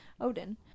Odin